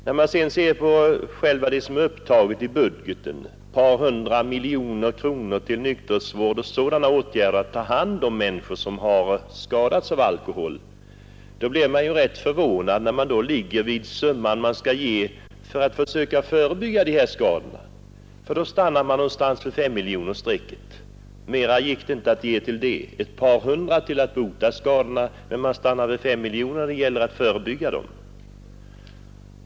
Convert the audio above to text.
När man sedan ser att i budgeten är upptagna ett par hundra miljoner kronor för nykterhetsvård och andra åtgärder för att ta hand om människor som har skadats av alkohol, blir man rätt förvånad över att den summa som anslås för att förebygga dessa skador stannar vid S-miljonersstrecket. Ett par hundra miljoner åtgår alltså för att bota skadorna, men man vill inte ge mer än 5 miljoner kronor till verksamhet för att förebygga dem.